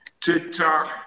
TikTok